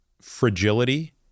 fragility